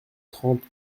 trente